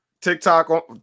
TikTok